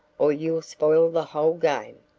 or you'll spoil the whole game.